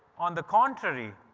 on the contrary,